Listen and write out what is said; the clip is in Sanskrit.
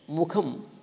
मुखं